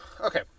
Okay